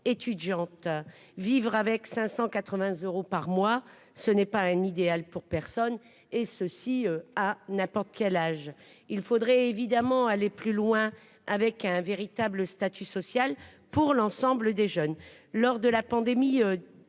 étudiantes vivre avec 580 euros par mois, ce n'est pas un idéal pour personne et ceci à n'importe quel âge il faudrait évidemment aller plus loin avec un véritable statut social pour l'ensemble des jeunes lors de la pandémie